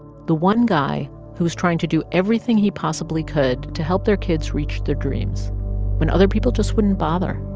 the one guy who was trying to do everything he possibly could to help their kids reach their dreams when other people just wouldn't bother